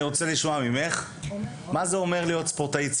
אני רוצה לשמוע ממך מה זה אומר להיות ספורטאית צעירה.